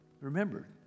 remember